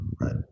Right